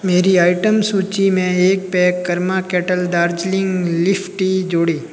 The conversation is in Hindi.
मेरी आइटम सूचि में एक pack Karma kettle Darjeeling leaf tea जोड़ें